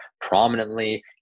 prominently